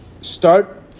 start